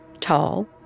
Tall